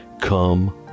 come